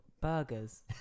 burgers